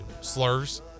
slurs